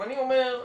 אני אומר,